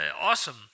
Awesome